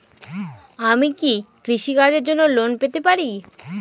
আমি কি কৃষি কাজের জন্য লোন পেতে পারি?